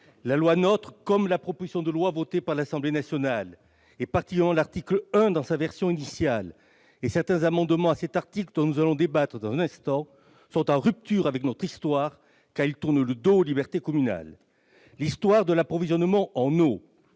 la loi NOTRe, comme la proposition de loi adoptée par l'Assemblée nationale, tout particulièrement, son article 1 dans sa version initiale, ainsi que certains amendements déposés au Sénat à cet article sont en rupture avec notre histoire, car ils tournent le dos aux libertés communales. L'histoire de l'approvisionnement en eau